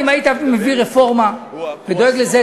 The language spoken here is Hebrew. אם היית מביא רפורמה ודואג לזה,